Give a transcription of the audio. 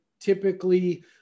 typically